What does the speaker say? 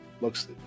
Looks